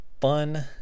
fun